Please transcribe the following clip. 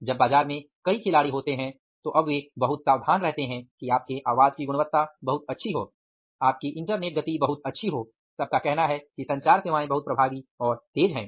जब बाजार में कई खिलाड़ी होते हैं तो अब वे बहुत सावधान रहते हैं कि आपके आवाज की गुणवत्ता बहुत अच्छी हो आपकी इंटरनेट गति बहुत अच्छी हो सबका कहना है कि संचार सेवाएं बहुत प्रभावी और तेज़ हैं